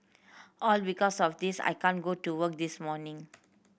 all because of this I can't go to work this morning